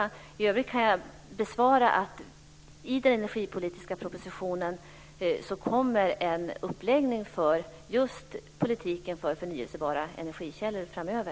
Jag kan i övrigt ge det beskedet att det i den energipolitiska propositionen kommer att göras en uppläggning för politiken för förnybara energikällor framöver.